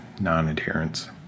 non-adherence